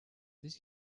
this